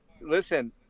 listen